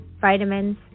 vitamins